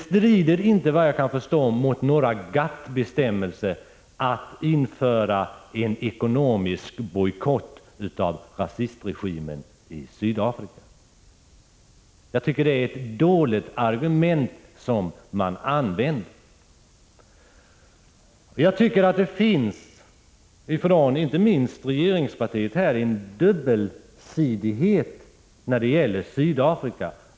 Såvitt jag kan förstå strider inte ett införande av ekonomisk bojkott av rasistregimen i Sydafrika mot några GATT-bestämmelser. Det är ett dåligt argument som man här anför. Det finns, inte minst hos regeringspartiet, en dubbelsidighet när det gäller Sydafrika.